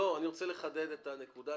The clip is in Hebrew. אני רוצה לחדד את הנקודה.